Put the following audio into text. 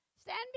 Stand